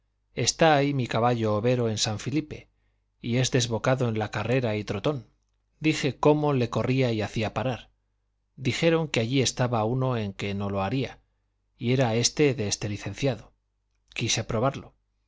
está ahí mi caballo overo en san filipe y es desbocado en la carrera y trotón dije cómo yo le corría y hacía parar dijeron que allí estaba uno en que no lo haría y era éste de este licenciado quise probarlo